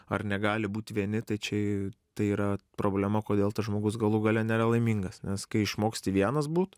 ar negali būt vieni tai čia tai yra problema kodėl tas žmogus galų gale nėra laimingas nes kai išmoksti vienas būt